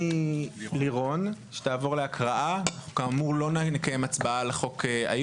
התשפ"ב 2022 תיקון סעיף 4 1.בחוק לצמצום השימוש בשקיות נשיאה חד-פעמיות,